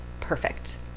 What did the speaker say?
perfect